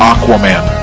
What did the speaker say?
Aquaman